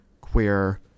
queer